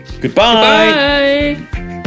Goodbye